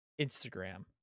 Instagram